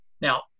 Now